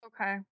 Okay